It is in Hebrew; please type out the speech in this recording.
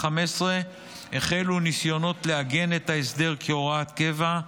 2015 החלו ניסיונות לעגן את ההסדר כהוראת קבע,